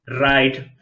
right